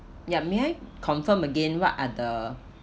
yup may I confirm again what are the